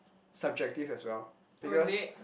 subjective as well because